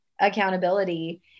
accountability